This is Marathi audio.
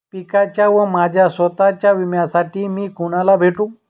पिकाच्या व माझ्या स्वत:च्या विम्यासाठी मी कुणाला भेटू?